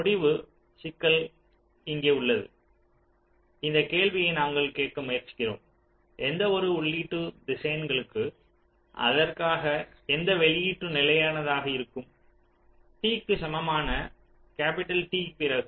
முடிவு சிக்கல் இங்கே உள்ளது இந்த கேள்வியை நாங்கள் கேட்க முயற்சிக்கிறோம் எந்தவொரு உள்ளீட்டு திசையன்னுக்கு அதற்காக எந்த வெளியீடு நிலையானதாக இருக்கும் t க்கு சமமான T பிறகு